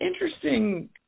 interesting